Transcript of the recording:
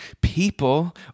people